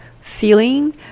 feeling